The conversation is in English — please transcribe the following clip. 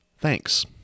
Thanks